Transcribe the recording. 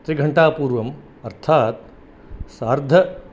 त्रिघण्टापूर्वम् अर्थात् सार्ध